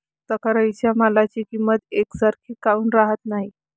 कास्तकाराइच्या मालाची किंमत यकसारखी काऊन राहत नाई?